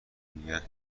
میگن